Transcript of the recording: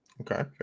Okay